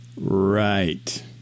right